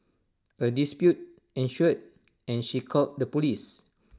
A dispute ensued and she called the Police